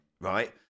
right